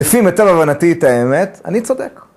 לפי מיטב הבנתי את האמת, אני צודק.